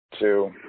two